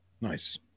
Nice